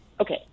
okay